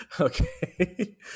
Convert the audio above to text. Okay